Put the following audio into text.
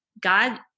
God